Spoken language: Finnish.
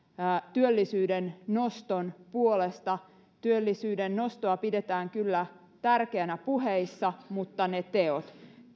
työllisyyden noston puolesta työllisyyden nostoa pidetään kyllä tärkeänä puheissa mutta ne teot